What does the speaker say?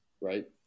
right